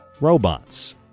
Robots